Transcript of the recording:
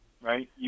Right